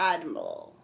Admiral